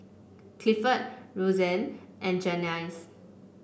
Clifford Rosanne and Janyce